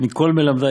'מכל מלמדי